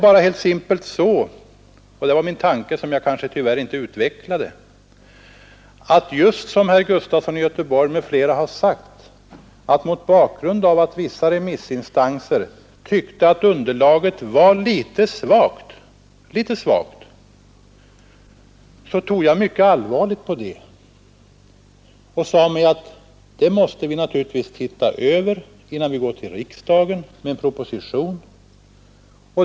Vissa remissinstanser tyckte, just som herr Gustafson m.fl. sagt, att underlaget var litet svagt, och jag tog mycket allvarligt på det och sade mig att det måste vi naturligtvis se över innan vi går till riksdagen med en proposition.